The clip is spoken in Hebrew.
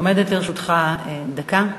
עומדת לרשותך דקה.